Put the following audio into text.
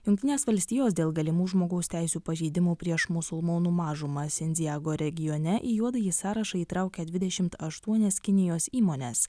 jungtinės valstijos dėl galimų žmogaus teisių pažeidimų prieš musulmonų mažumą sendzijago regione į juodąjį sąrašą įtraukė dvidešimt aštuonias kinijos įmones